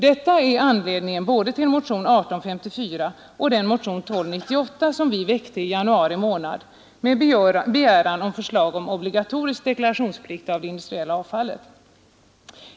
Detta är anledningen både till motionen 1854 och till den motion 1298 som vi väckte i januari månad med begäran om förslag om obligatorisk deklarationsplikt av det industriella avfallet.